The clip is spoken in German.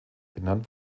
benannt